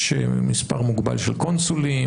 יש מספר מוגבל של קונסולים,